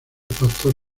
pastor